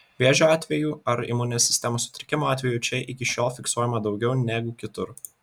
vėžio atvejų ar imuninės sistemos sutrikimo atvejų čia iki šiol fiksuojama daugiau negu kitur